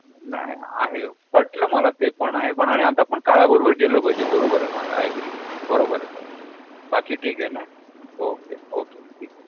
नाही आहे पटलं मला ते पण आहे पण आणि आता पण काळाबरोबर गेलं पाहिजे बरोबर आहे मला आयग्री बरोबर आहे बरे बाकी ठीक आहे ना ओके ओके ठीक आहे